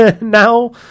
now